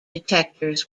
detectors